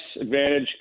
advantage